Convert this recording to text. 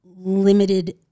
limited